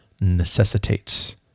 necessitates